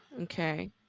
Okay